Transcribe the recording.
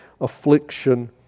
affliction